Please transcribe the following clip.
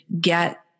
get